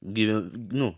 gyve nu